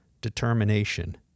determination